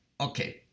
Okay